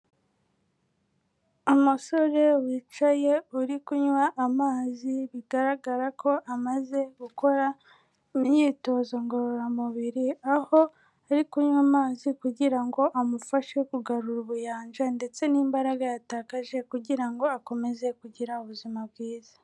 Umusore wicaye, uri kunywa amazi, bigaragara ko amaze gukora imyitozo ngororamubiri, aho ari kunywa amazi kugira ngo amufashe kugarura ubuyanja ndetse n'imbaraga yatakaje kugira ngo akomeze kugira ubuzima bwiza.